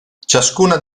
ciascuna